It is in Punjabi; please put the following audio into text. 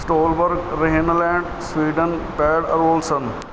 ਸਟੋਲਵਰਗ ਰਹਿਮਲੈਂਡ ਸਵੀਡਨ ਪੈਲ ਅਲੋਰਸਨ